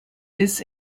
this